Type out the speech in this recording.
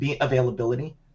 availability